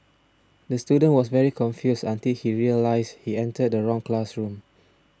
the student was very confused until he realised he entered the wrong classroom